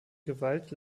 gewalt